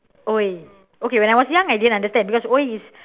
!oi! okay when I was young I didn't understand because !oi! is